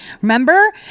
Remember